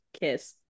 kiss